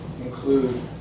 include